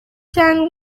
cyangwa